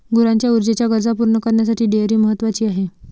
गुरांच्या ऊर्जेच्या गरजा पूर्ण करण्यासाठी डेअरी महत्वाची आहे